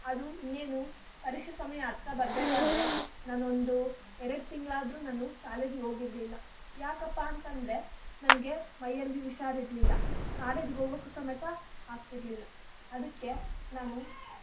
ಅದು ಇನ್ನೇನು ಪರೀಕ್ಷೆ ಸಮಯ ಹತ್ರ ಬರ್ಬೇಕಾದ್ರೆ ನಾನೊಂದು ಎರಡು ತಿಂಗಳು ಆದರೂ ನಾನು ಕಾಲೇಜಿಗೆ ಹೋಗಿರ್ಲಿಲ್ಲ ಯಾಕಪ್ಪಾ ಅಂತ ಅಂದರೆ ನನಗೆ ಮೈಯ್ಯಲ್ಲಿ ಹುಷಾರು ಇರಲಿಲ್ಲ ಕಾಲೇಜಿಗೆ ಹೋಗೋಕ್ಕೂ ಸಮೇತ ಆಗ್ತಿರಲಿಲ್ಲ ಅದಕ್ಕೆ ನಾನು